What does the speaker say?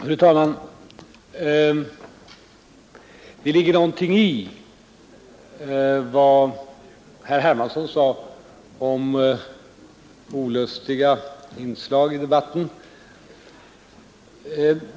Fru talman! Det ligger någonting i vad herr Hermansson i Stockholm sade om olustiga inslag i debatten.